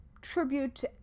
tribute